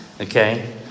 Okay